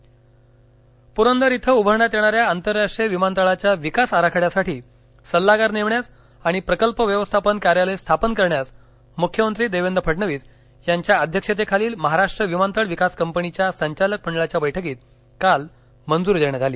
पुरंदर पुरंदर इथं उभारण्यात येणाऱ्या आंतरराष्ट्रीय विमानतळाच्या विकास आराखड्यासाठी सल्लागार नेमण्यास आणि प्रकल्प व्यवस्थापन कार्यालय स्थापन करण्यास मुख्यमंत्री देवेंद्र फडणवीस यांच्या अध्यक्षतेखालील महाराष्ट्र विमानतळ विकास कंपनीच्या संचालक मंडळाच्या बैठकीत काल मंजुरी देण्यात आली